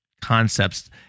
concepts